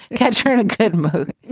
catch her. a good movie.